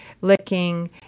Licking